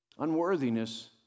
unworthiness